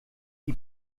die